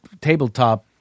tabletop